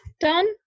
done